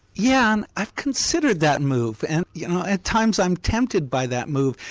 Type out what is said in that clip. yeah and i've considered that move, and you know at times i'm tempted by that move.